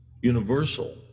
universal